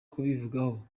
kubivugaho